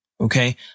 Okay